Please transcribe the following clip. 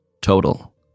total